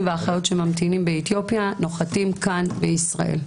והאחיות שממתינים באתיופיה נוחתים כאן בישראל.